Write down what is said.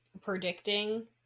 predicting